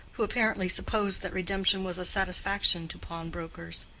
who apparently supposed that redemption was a satisfaction to pawnbrokers.